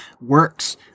works